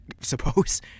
suppose